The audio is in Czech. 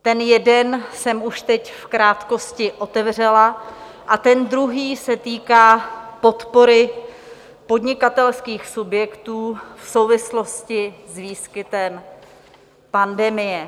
Ten jeden jsem už teď v krátkosti otevřela a ten druhý se týká podpory podnikatelských subjektů v souvislosti s výskytem pandemie.